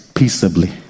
peaceably